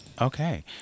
okay